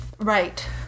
right